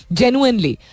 genuinely